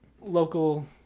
local